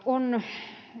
on